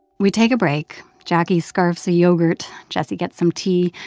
we take a break. jacquie scarfs a yogurt. jessie gets some tea.